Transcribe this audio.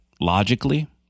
logically